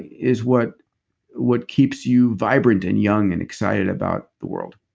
is what what keeps you vibrant and young and excited about the world